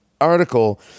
article